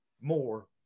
more